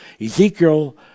Ezekiel